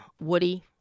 Woody